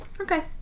Okay